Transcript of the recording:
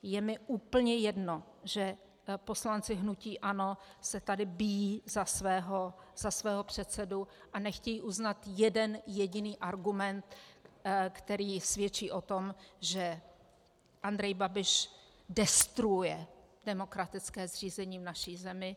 Je mi úplně jedno, že poslanci hnutí ANO se tady bijí za svého předsedu a nechtějí uznat jeden jediný argument, který svědčí o tom, že Andrej Babiš destruuje demokratické zřízení v naší zemi.